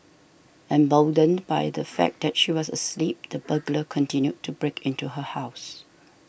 emboldened by the fact that she was asleep the burglar continued to break into her house